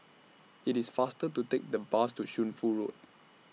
IT IS faster to Take The Bus to Shunfu Road